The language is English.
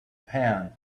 pan